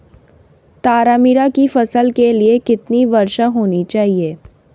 तारामीरा की फसल के लिए कितनी वर्षा होनी चाहिए?